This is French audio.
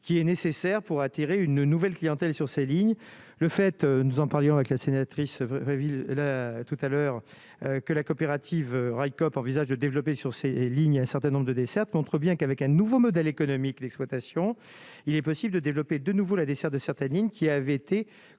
qui est nécessaire pour attirer une nouvelle clientèle sur ces lignes, le fait, nous en parlions avec la sénatrice Réville tout à l'heure que la coopérative Railcoop envisage de développer sur ses lignes, un certain nombre de dessertes contre bien qu'avec un nouveau modèle économique, l'exploitation, il est possible de développer de nouveaux la desserte de certaines lignes, qui avait été.